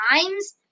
times